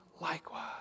likewise